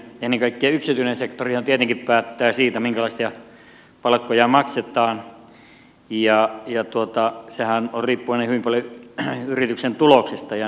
ennen kaikkea yksityinen sektorihan tietenkin päättää siitä minkälaisia palkkoja maksetaan ja sehän on riippuvainen hyvin paljon yrityksen tuloksesta jnp